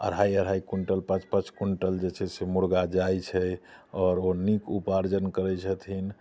अढ़ाइ अढ़ाइ क्विन्टल पाँच पाँच क्विन्टल जे छै से मुर्गा जाइ छै आओर ओ नीक उपार्जन करै छथिन